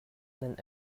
nan